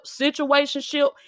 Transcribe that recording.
situationship